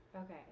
Okay